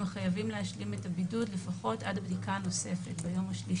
חייבים להשלים את הבידוד לפחות עד הבדיקה הנוספת ביום השלישי.